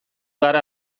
gara